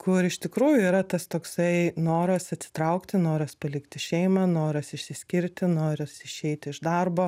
kur iš tikrųjų yra tas toksai noras atsitraukti noras palikti šeimą noras išsiskirti noras išeiti iš darbo